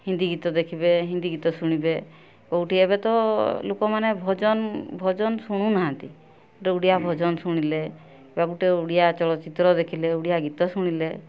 ହିନ୍ଦୀ ଗୀତ ଦେଖିବେ ହିନ୍ଦୀ ଗୀତ ଶୁଣିବେ କେଉଁଠି ଏବେ ତ ଲୋକମାନେ ଭଜନ ଭଜନ ଶୁଣୁନାହାନ୍ତି ଗୋଟିଏ ଓଡ଼ିଆ ଭଜନ ଶୁଣିଲେ ବା ଗୋଟିଏ ଓଡ଼ିଆ ଚଳଚ୍ଚିତ୍ର ଦେଖିଲେ ଓଡ଼ିଆ ଗୀତ ଶୁଣିଲେ